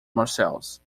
marseilles